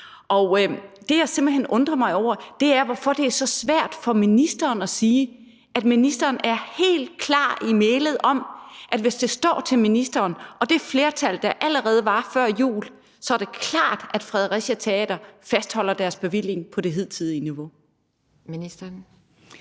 Det, jeg simpelt hen undrer mig over, er, hvorfor det er så svært for ministeren at være klar i mælet om, at hvis det står til ministeren og det flertal, der var allerede var før jul, så er det klart, at Fredericia Teater fastholder deres bevilling på det hidtidige niveau.